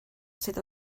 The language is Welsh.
sydd